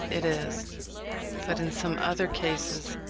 it is but in some other cases,